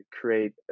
create